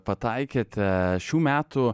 pataikėte šių metų